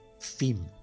theme